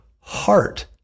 heart